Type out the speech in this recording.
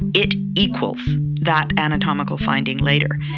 it equals that anatomical finding later.